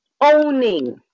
owning